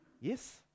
Yes